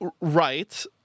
Right